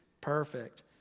Perfect